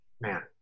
Man